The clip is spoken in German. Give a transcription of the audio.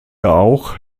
auch